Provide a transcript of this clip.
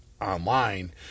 online